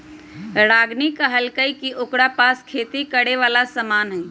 रागिनी कहलकई कि ओकरा पास खेती करे वाला समान हई